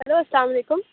hello السّلام علیکم